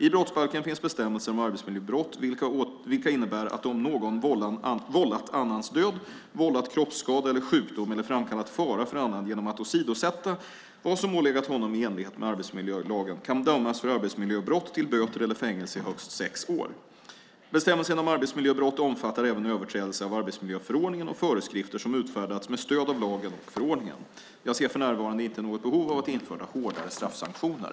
I brottsbalken finns bestämmelser om arbetsmiljöbrott vilka innebär att om någon vållat annans död, vållat kroppsskada eller sjukdom eller framkallat fara för annan genom att åsidosätta vad som ålegat honom i enlighet med arbetsmiljölagen kan dömas för arbetsmiljöbrott till böter eller fängelse i högst sex år. Bestämmelsen om arbetsmiljöbrott omfattar även överträdelse av arbetsmiljöförordningen och föreskrifter som har utfärdats med stöd av lagen och förordningen. Jag ser för närvarande inte något behov av att införa hårdare straffsanktioner.